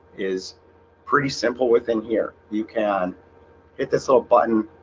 is pretty simple within here you can hit this little button